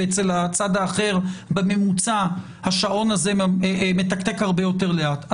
ואצל הצד האחר בממוצע השעון הזה מתקתק הרבה יותר לאט.